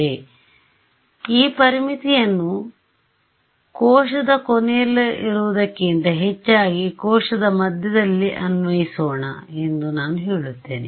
ಆದ್ದರಿಂದ ಈ ಪರಿಮಿತಿಯನ್ನು ಕೋಶದ ಕೊನೆಯಲ್ಲಿರುವುದಕ್ಕಿಂತ ಹೆಚ್ಚಾಗಿ ಕೋಶದ ಮಧ್ಯದಲ್ಲಿ ಅನ್ವಯಿಸೋಣ ಎಂದು ನಾನು ಹೇಳುತ್ತೇನೆ